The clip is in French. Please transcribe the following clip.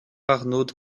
arnauld